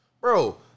Bro